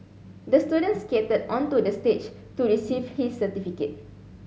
the student skated onto the stage to receive his certificate